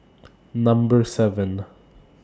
Number seven